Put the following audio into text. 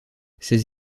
ses